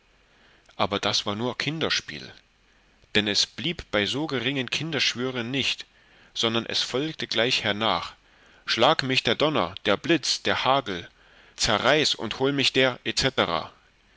aber das war nur kinderspiel dann es blieb bei so geringen kinderschwüren nicht sondern es folgte gleich hernach schlag mich der donner der blitz der hagel zerreiß und hol mich der